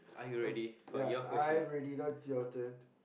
oh ya I ready now it's your turn